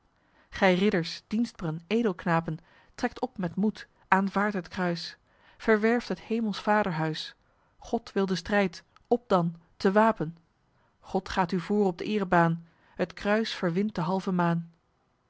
gij ridders dienstb'ren edelknapen trekt op met moed aanvaardt het kruis verwerft het hemelsch vaderhuis god wil den strijd op dan te wapen god gaat u voor op d eerebaan het kruis verwint de halve maan